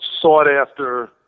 sought-after